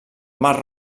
mar